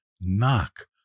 knock